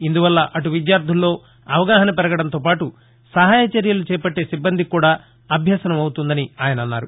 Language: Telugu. ఇందువల్ల అటు విద్యార్లల్లో అవగాహన పెరగడంతో పాటు సహాయ చర్యలు చేపట్టే సిబ్బందికి కూడా అభ్యసనం అవుతుందనిఆయన అన్నారు